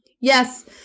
Yes